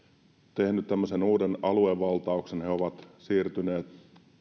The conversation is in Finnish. tehnyt tämmöisen uuden aluevaltauksen he ovat siirtyneet